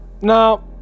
Now